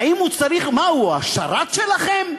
מה, הוא השרת שלכם?